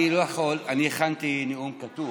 אני הכנתי נאום כתוב.